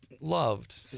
Loved